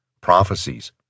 prophecies